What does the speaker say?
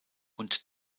und